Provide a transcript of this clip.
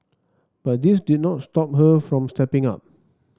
but this did not stop her from stepping up